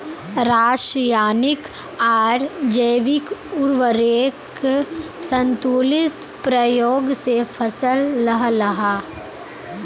राशयानिक आर जैविक उर्वरकेर संतुलित प्रयोग से फसल लहलहा